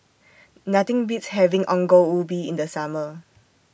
Nothing Beats having Ongol Ubi in The Summer